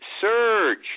surge